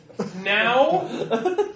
Now